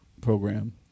program